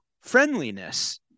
friendliness